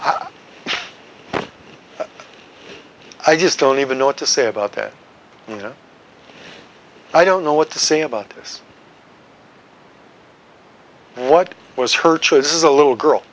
i i just don't even know what to say about that and i don't know what to say about this what was her choice is a little girl